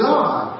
God